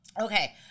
okay